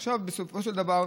עכשיו, בסופו של דבר,